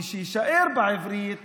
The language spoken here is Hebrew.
ושיישאר בעברית נצרת,